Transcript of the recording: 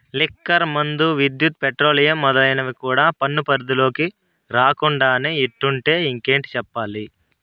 liquor మందు, విద్యుత్, petroleum మొదలైనవి కూడా పన్ను పరిధిలోకి రాకుండానే ఇట్టుంటే ఇంకేటి చెప్పాలి